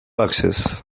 access